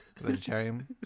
Vegetarian